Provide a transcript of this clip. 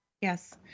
Yes